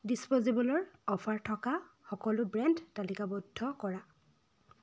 ডিচ্পোজেবলৰ offer থকা সকলো brand তালিকাবদ্ধ কৰা